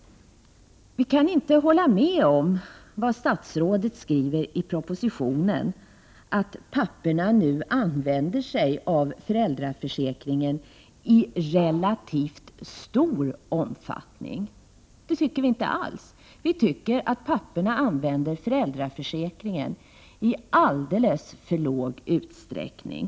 Vi kan inte instämma i det som statsrådet säger i propositionen, nämligen att papporna nu använder sig av föräldraförsäkring en relativt stor omfattning. Det tycker vi alltså inte alls. Vi tycker i stället att papporna utnyttjar föräldraförsäkringen i alldeles för liten utsträckning.